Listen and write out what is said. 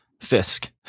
Fisk